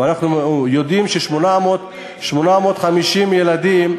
ואנחנו יודעים ש-850,000 ילדים,